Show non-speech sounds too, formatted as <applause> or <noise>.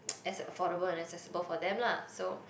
<noise> as affordable and accessible for them lah so